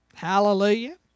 Hallelujah